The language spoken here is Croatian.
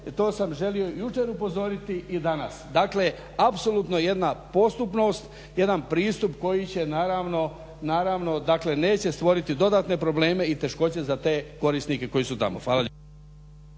to sam želio i jučer upozoriti i danas. Dakle, apsolutno jedna postupnost, jedan pristup koji će naravno, dakle neće stvoriti dodatne probleme i teškoće za te korisnike koji su tamo. Hvala